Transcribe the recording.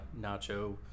nacho